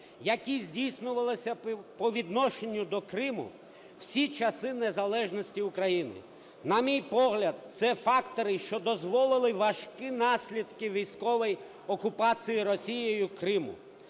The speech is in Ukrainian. які здійснювалися по відношенню до Криму всі часи незалежності України. На мій погляд, це фактори, що дозволили важкі наслідки військової окупації Росією Криму.